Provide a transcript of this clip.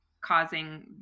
causing